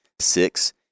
six